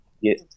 Yes